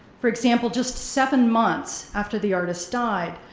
for example, just seven months after the artist died,